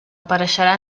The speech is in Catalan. apareixerà